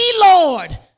Lord